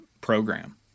program